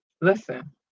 listen